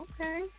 Okay